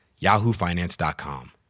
yahoofinance.com